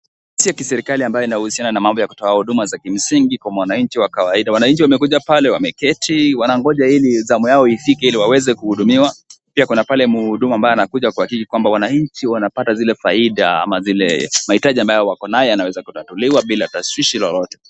Taasisi ya kiserikali ambayo inayohusiana na mambo ya kutoa huduma ya kimsingi kwa mwananchi wa kawaida. Wananchi wamekuja pale wameketi wanangoja ili zamu yao ifike ili waweze kuhudumiwa, pia kuna pale mhudumu ambaye anakuja kwa ajili kwamba wananchi wanapata zile faida, ama zile mahitaji ambayo wakonayo yanaweza kutatuliwa bila tashwishi lolote.